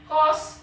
cause